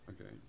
Okay